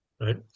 right